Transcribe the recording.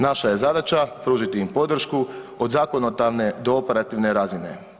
Naša je zadaće pružiti im podršku od zakonodavne do operativne razine.